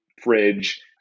fridge